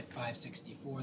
564